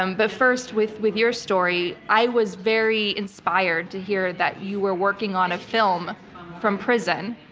um but first with with your story, i was very inspired to hear that you were working on a film from prison.